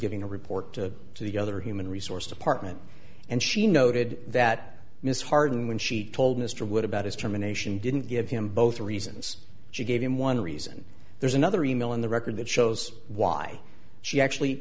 giving a report to the other human resource department and she noted that miss harden when she told mr wood about his termination didn't give him both reasons she gave him one reason there's another email in the record that shows why she actually